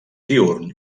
diürn